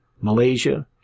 Malaysia